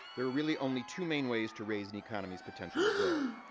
there are really only two main ways to raise an economy's potential to grow,